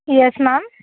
yes ma'am